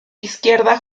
izquierda